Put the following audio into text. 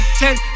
ten